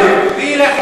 מי ילך אתנו לשם?